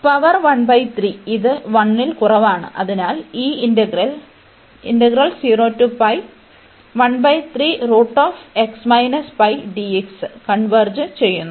power ഇത് 1 ൽ കുറവാണ് അതിനാൽ ഈ ഇന്റഗ്രൽ കൺവെർജ് ചെയ്യുന്നു